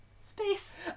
space